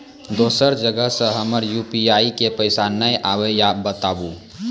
दोसर जगह से हमर यु.पी.आई पे पैसा नैय आबे या बताबू?